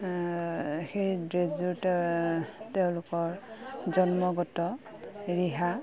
সেই ড্ৰেছযোৰ তেওঁলোকৰ জন্মগত ৰিহা